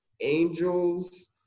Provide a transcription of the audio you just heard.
Angels –